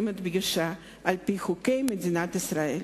אני מדגישה: על-פי חוקי מדינת ישראל.